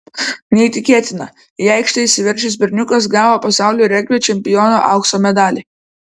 neįtikėtina į aikštę įsiveržęs berniukas gavo pasaulio regbio čempiono aukso medalį